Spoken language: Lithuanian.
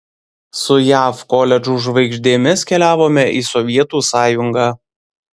su jav koledžų žvaigždėmis keliavome į sovietų sąjungą